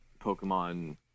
pokemon